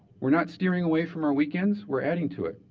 we're not steering away from our weekends we're adding to it.